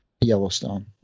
Yellowstone